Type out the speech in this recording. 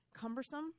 cumbersome